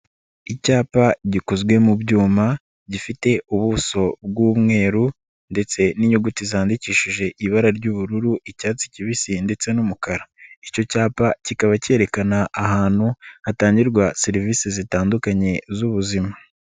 Icyapa gikozwe mu byuma gifite ubuso bw'umweru ndetse n'inyuguti zandikishije ibara ry'ubururu, icyatsi kibisi ndetse n'umukara, icyo cyapa kikaba cyerekana ahantu hatangirwa serivisi zitandukanye z'ubuzima.